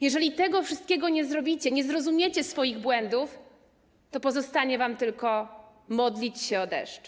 Jeżeli tego wszystkiego nie zrobicie, nie zrozumiecie swoich błędów, to pozostanie wam tylko modlić się o deszcz.